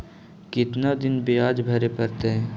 कितना दिन बियाज भरे परतैय?